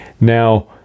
Now